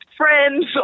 Friends